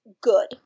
good